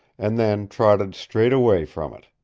and then trotted straight away from it,